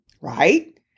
right